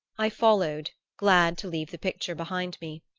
i followed, glad to leave the picture behind me.